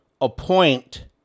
appoint